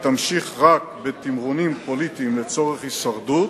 ותמשיך רק בתמרונים פוליטיים לצורך הישרדות,